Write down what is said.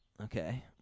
Okay